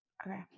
Okay